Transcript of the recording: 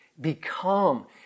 Become